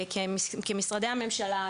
כמשרדי ממשלה,